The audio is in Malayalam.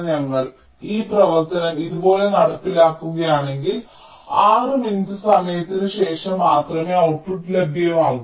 ഞങ്ങൾ ഈ പ്രവർത്തനം ഇതുപോലെ നടപ്പിലാക്കുകയാണെങ്കിൽ 6 മിനിറ്റ് സമയത്തിന് ശേഷം മാത്രമേ ഔട്ട്പുട്ട് ലഭ്യമാകൂ